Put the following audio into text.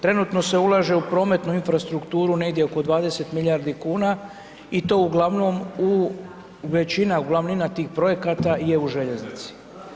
Trenutno se ulaže u prometnu infrastrukturu negdje oko 20 milijardi kuna i to uglavnom u, većina, glavnina tih projekata je u željeznici.